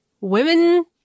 women